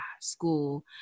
school